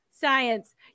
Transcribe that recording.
science